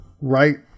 right